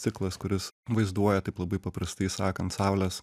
ciklas kuris vaizduoja taip labai paprastai sakant saulės